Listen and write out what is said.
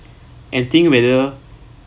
and think whether